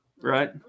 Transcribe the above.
Right